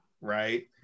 Right